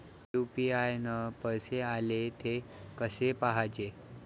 UPI न पैसे आले, थे कसे पाहाचे?